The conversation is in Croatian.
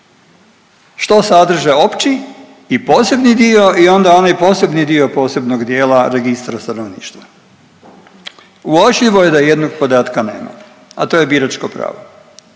što sadrže opći i posebni dio i onda onaj posebni dio posebnog dijela registra stanovništva. Uočljivo je da jednog podatka nema, a to je biračko pravo.